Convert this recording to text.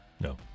No